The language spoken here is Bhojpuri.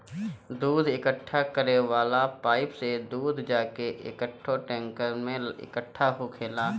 दूध इकट्ठा करे वाला पाइप से दूध जाके एकठो टैंकर में इकट्ठा होखेला